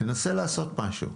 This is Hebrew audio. ננסה לעשות משהו.